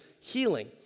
healing